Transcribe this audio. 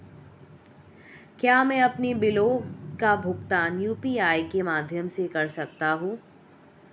क्या मैं अपने बिलों का भुगतान यू.पी.आई के माध्यम से कर सकता हूँ?